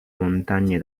montagne